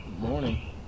morning